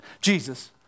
Jesus